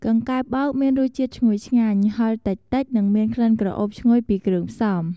កង្កែបបោកមានរសជាតិឈ្ងុយឆ្ងាញ់ ហិរតិចៗ និងមានក្លិនក្រអូបឈ្ងុយពីគ្រឿងផ្សំ។